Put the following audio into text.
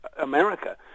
America